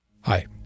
Hi